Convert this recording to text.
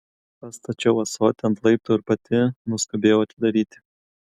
pastačiau ąsotį ant laiptų ir pati nuskubėjau atidaryti